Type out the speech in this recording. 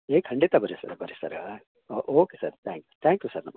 ಏ ಖಂಡಿತ ಬರ್ರಿ ಸರ್ ಬರ್ರಿ ಸರ್ ಹಾಂ okay sir thank thank you sir ನಮ